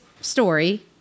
story